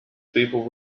people